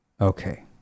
Okay